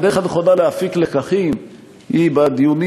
הדרך הנכונה להפיק לקחים היא בדיונים